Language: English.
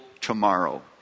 tomorrow